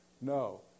No